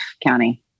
county